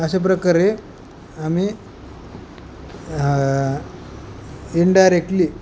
अशा प्रकारे आम्ही इंडायरेक्टली